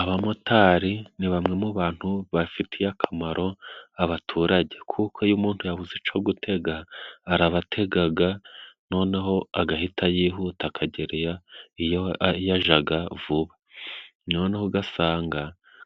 Abamotari ni bamwe mu bantu bafitiye akamaro abaturage kuko iyo umuntu yabuze ico gutega arabategaga noneho agahita yihuta akagera iyo yajaga vuba. Noneho ugasanga